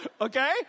Okay